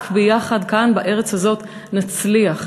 רק ביחד, כאן, בארץ הזאת, נצליח.